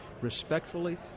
respectfully